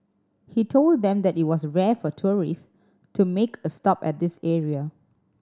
he told them that it was rare for tourists to make a stop at this area